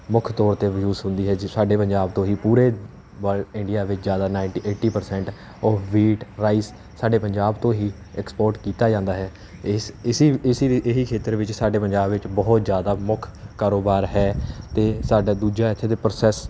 ਮੁੱਖ ਤੌਰ 'ਤੇ ਵੀ ਯੂਸ ਹੁੰਦੀ ਹੈ ਜੀ ਸਾਡੇ ਪੰਜਾਬ ਤੋਂ ਹੀ ਪੂਰੇ ਵਡ ਇੰਡੀਆ ਦੇ ਜ਼ਿਆਦਾ ਨਾਈਟੀ ਏਟੀ ਪ੍ਰਸੈਂਟ ਉਹ ਵੀਟ ਰਾਈਸ ਸਾਡੇ ਪੰਜਾਬ ਤੋਂ ਹੀ ਐਕਸਪੋਰਟ ਕੀਤਾ ਜਾਂਦਾ ਹੈ ਇਸ ਇਸ ਇਸੀ ਇਹ ਹੀ ਖੇਤਰ ਵਿੱਚ ਸਾਡੇ ਪੰਜਾਬ ਵਿੱਚ ਬਹੁਤ ਜ਼ਿਆਦਾ ਮੁੱਖ ਕਾਰੋਬਾਰ ਹੈ ਅਤੇ ਸਾਡਾ ਦੂਜਾ ਇੱਥੇ ਦੇ ਪ੍ਰੋਸੈਸ